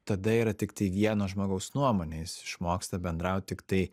tada yra tiktai vieno žmogaus nuomonė jis išmoksta bendraut tiktai